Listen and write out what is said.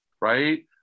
right